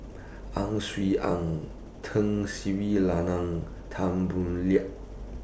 Ang Swee Aun Tun Sri Lanang Tan Boo Liat